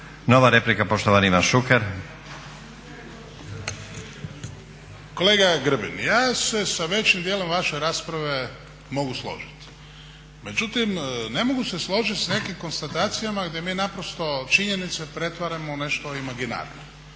**Šuker, Ivan (HDZ)** Kolega Grbin ja se sa većim dijelom vaše rasprave mogu složiti. Međutim, ne mogu se složiti sa nekim konstatacijama gdje mi naprosto činjenice pretvaramo u nešto imaginarno.